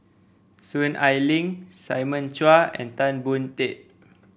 Soon Ai Ling Simon Chua and Tan Boon Teik